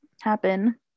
happen